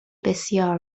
بسیار